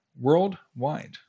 worldwide